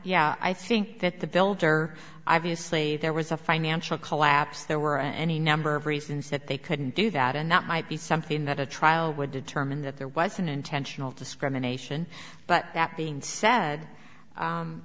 yeah i think that the builder i v a slate there was a financial collapse there were any number of reasons that they couldn't do that and that might be something that a trial would determine that there was an intentional discrimination but that being said